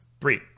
Three